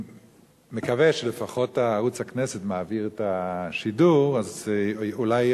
מקווה שלפחות ערוץ הכנסת מעביר את השידור אז אולי יש,